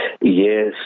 Yes